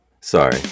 sorry